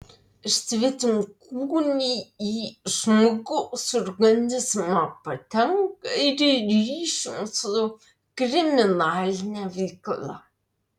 svetimkūniai į žmogaus organizmą patenka ir ryšium su kriminaline veikla